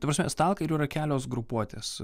ta prasme stalkerių yra kelios grupuotės